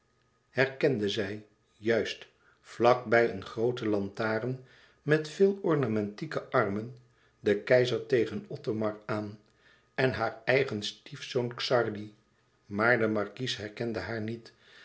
herkende zij juist vlak bij eene groote lantaren met vele ornamentieke armen den keizer tegen othomar aan en haar eigen stiefzoon xardi maar de markies herkende haar niet